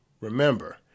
Remember